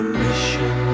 mission